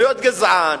להיות גזען,